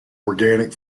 organic